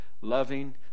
loving